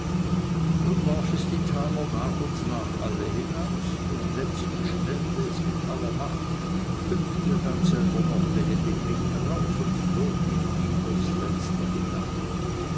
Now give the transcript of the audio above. nun warf es die taler nach und nach alle hinaus den letzten schnellte es mit aller macht hüpfte dann selber noch behendiglich darauf und flog mit ihm durchs fenster hinab